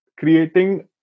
creating